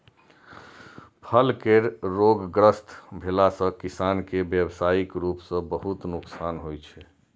फल केर रोगग्रस्त भेला सं किसान कें व्यावसायिक रूप सं बहुत नुकसान होइ छै